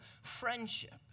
friendship